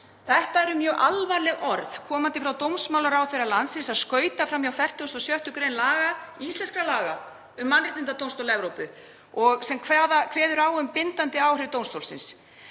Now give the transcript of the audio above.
Þetta eru mjög alvarleg orð sem koma frá dómsmálaráðherra landsins, að skauta fram hjá 46. gr. íslenskra laga um Mannréttindadómstól Evrópu sem kveður á um bindandi áhrif dómstólsins.